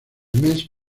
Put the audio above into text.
mes